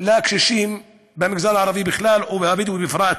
לקשישים במגזר הערבי בכלל והבדואי בפרט.